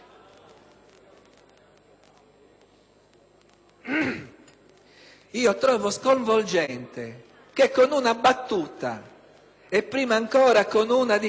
Io trovo sconvolgente che con una battuta e, prima ancora, con una dichiarazione del tipo "vorrei ma non posso",